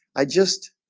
i just